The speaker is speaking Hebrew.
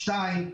דבר שני,